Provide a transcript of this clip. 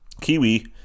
kiwi